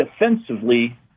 defensively